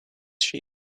sheep